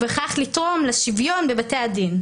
ובכך לתרום לשוויון בבתי הדין,